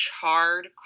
charred